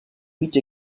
mig